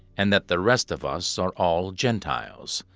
and that the rest of us are all gentiles.